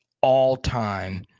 all-time